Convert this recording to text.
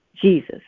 Jesus